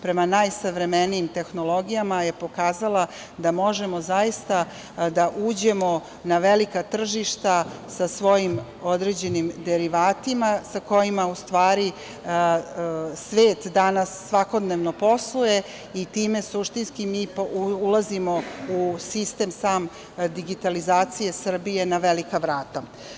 Prema najsavremenijim tehnologijama je pokazala da možemo da uđemo na velika tržišta sa svojim određenim derivatima sa kojima svet danas svakodnevno posluje i time mi suštinski ulazimo u sistem sam digitalizacije Srbije na velika vrata.